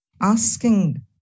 asking